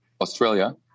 Australia